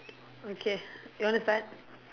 okay you want to start